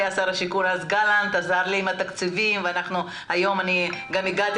שר השיכון דאז גלנט עזר לי עם התקציבים והיום גם הגעתי